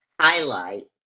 highlight